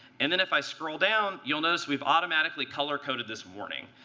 and then if i scroll down, you'll notice we've automatically color coded this warning.